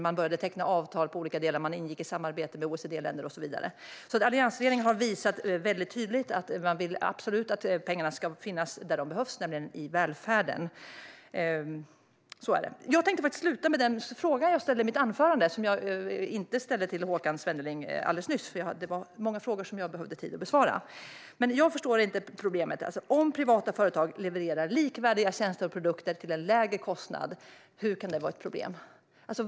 Man började teckna avtal, och man ingick i samarbete med OECD-länder och så vidare. Alliansregeringen visade väldigt tydligt att pengarna ska användas där de behövs, nämligen i välfärden. Så är det. Jag vill avsluta med den fråga som jag ställde i mitt anförande. Jag ställde den inte till Håkan Svenneling eftersom han ställde många frågor som jag behövde tid att besvara. Jag förstår inte problemet. Om privata företag levererar likvärdiga tjänster och produkter till en lägre kostnad, hur kan det vara ett problem?